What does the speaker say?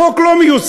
החוק לא מיושם.